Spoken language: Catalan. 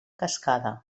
cascada